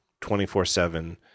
24-7